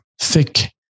thick